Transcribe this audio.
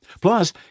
Plus